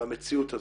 והמציאות הזאת,